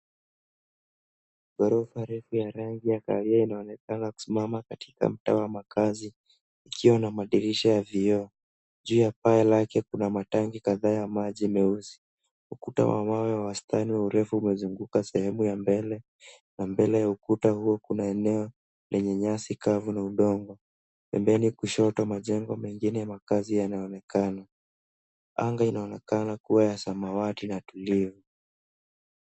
Ghorofa refu ya rangi ya kahawia inaonekana kusimama katika mtaa wa makazi ikiwa na madirisha ya vioo. Juu ya paa lake kuna matangi kadhaa ya maji meusi. Ukuta wa mawe wa wastani wa urefu umezunguka sehemu ya mbele na mbele ya ukuta huo kuna eneo lenye nyasi kavu na udongo. Pembeni kushoto majengo mengine makazi yanaonekana. Anga inaonekana kuwa ya samawati na tulivu.